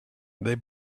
they